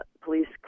police